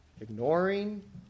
ignoring